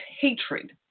hatred